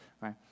right